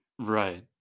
right